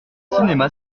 cinéma